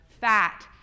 fat